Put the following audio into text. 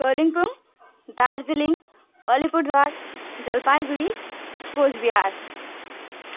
Kalimpong Darjeeling Alipurduar Jalpaiguri Cooch Behar